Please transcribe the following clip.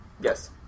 Yes